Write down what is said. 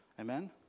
Amen